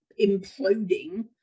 imploding